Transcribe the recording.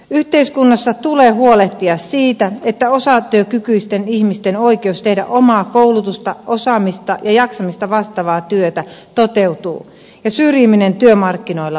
yhteiskunnassa tulee huolehtia siitä että osatyökykyisten ihmisten oikeus tehdä omaa koulutustaan osaamistaan ja jaksamistaan vastaavaa työtä toteutuu ja syrjiminen työmarkkinoilla vähenee